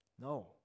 no